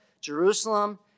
Jerusalem